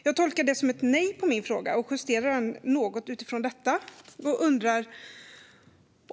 Jag tolkar det som ett nej på min fråga och justerar den något utifrån detta.